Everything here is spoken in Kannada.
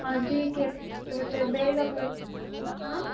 ಅದಕ್ಕೆ ಇವತ್ತೇ ಬೇಗ ಕ್ಲೋಸ್ ಆಂ